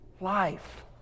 life